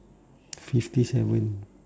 fifty seven